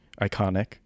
iconic